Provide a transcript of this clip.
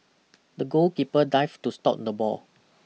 the goalkeeper dived to stop the ball